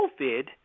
COVID